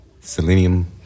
selenium